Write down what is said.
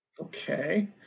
Okay